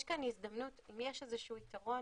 יש כאן הזדמנות אם יש איזה שהוא יתרון,